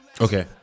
Okay